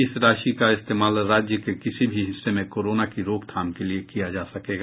इस राशि का इस्तेमाल राज्य के किसी भी हिस्सें में कोरोना की रोकथाम के लिए किया जा सकेगा